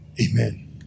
Amen